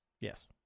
Yes